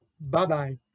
Bye-bye